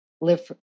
live